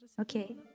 Okay